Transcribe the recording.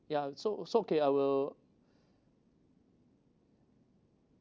ya so so okay I will